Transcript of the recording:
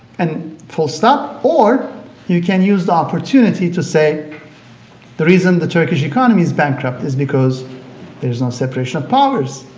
and full-stop or you can use the opportunity to say the reason the turkish economy is bankrupt is because there is no separation of powers,